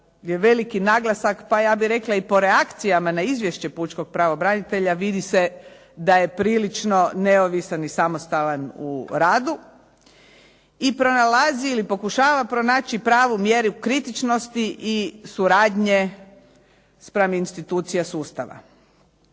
je veliki naglasak, a ja bih rekla i po reakcijama na izvješće pučkog pravobranitelja vidi se da je prilično neovisan i samostalan u radu i pronalazi ili pokušava pronaći pravu mjeru kritičnosti i suradnje spram institucije sustava.